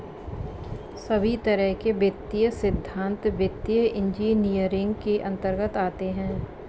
सभी तरह के वित्तीय सिद्धान्त वित्तीय इन्जीनियरिंग के अन्तर्गत आते हैं